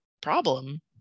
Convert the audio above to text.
problem